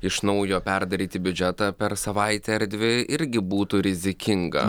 iš naujo perdaryti biudžetą per savaitę ar dvi irgi būtų rizikinga